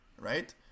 Right